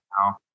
now